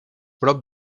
prop